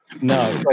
No